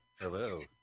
Hello